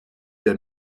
der